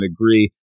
agree